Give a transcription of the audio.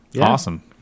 Awesome